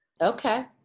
okay